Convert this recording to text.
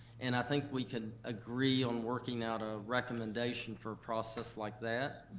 and i think we could agree on working out a recommendation for a process like that,